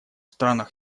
странах